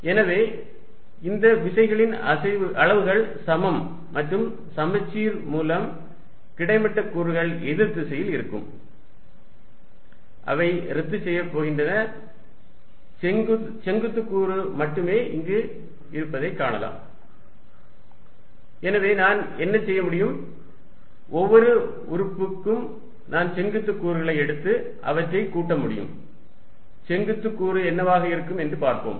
எனவே இந்த விசைகளின் அளவுகள் சமம் மற்றும் சமச்சீர் மூலம் கிடைமட்ட கூறுகள் எதிர் திசைகளில் இருக்கும் அவை ரத்து செய்யப் போகின்றன செங்குத்து கூறு மட்டுமே இருக்கும் என்பதைக் காணலாம் எனவே நான் என்ன செய்ய முடியும் ஒவ்வொரு உறுப்புக்கும் நான் செங்குத்து கூறுகளை எடுத்து அவற்றை கூட்ட முடியும் செங்குத்து கூறு என்னவாக இருக்கும் என்று பார்ப்போம்